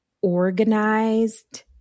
organized